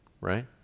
Right